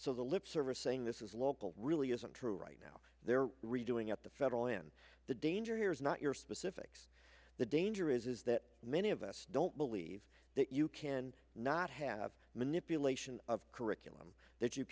so the lip service saying this is local really isn't true right now they're redoing at the federal in the danger here is not your specifics the danger is that many of us don't believe that you can not have manipulation of curriculum that you